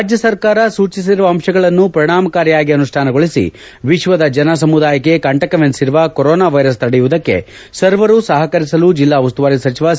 ರಾಜ್ಯ ಸರ್ಕಾರ ಸೂಚಿಸಿರುವ ಅಂಶಗಳನ್ನು ಪರಿಣಾಮಕಾರಿಯಾಗಿ ಅನುಷ್ಠಾನಗೊಳಿಸಿ ವಿಶ್ವದ ಜನಸಮುದಾಯಕ್ಕೆ ಕಂಟಕವೆನಿಸಿರುವ ಕೊರನಾ ವೈರಸ್ ತಡೆಯವುದಕ್ಕೆ ಸರ್ವರು ಸಹಕರಿಸಲು ಜಿಲ್ಲಾ ಉಸ್ತುವಾರಿ ಸಚಿವ ಸಿ